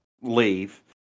leave